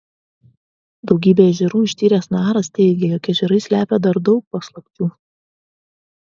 daugybę ežerų ištyręs naras teigia jog ežerai slepia dar daug paslapčių